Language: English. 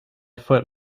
foot